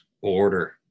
order